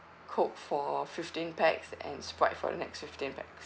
coke for fifteen pax and sprite for the next fifteen pax